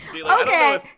Okay